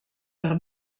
per